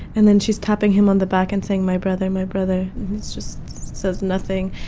and then she's tapping him on the back and saying, my brother, my brother just says nothing.